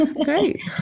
Great